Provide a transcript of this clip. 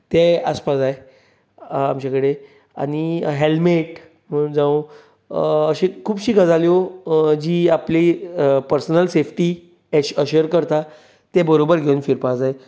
तें आसपाक जाय आमचे कडेन आनी हॅल्मेट जावं अशी खुबशीं गजाल्यो जी आपली पर्सनल सेफ्टी अश्यूर करता ते बरोबर घेवन फिरपाक जाय